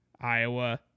Iowa